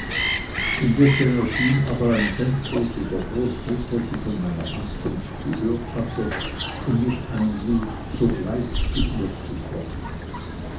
indessen erschien aber ein sendbote der großmutter die von meiner ankunft gehört hatte und mich einlud sogleich zu ihr zu kommen